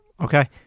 Okay